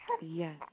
Yes